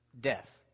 Death